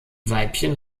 weibchen